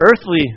Earthly